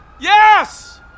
Yes